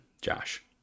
Josh